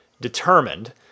determined